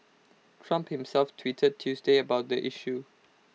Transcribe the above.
Trump himself tweeted Tuesday about the issue